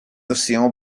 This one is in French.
océan